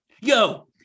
Yo